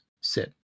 sit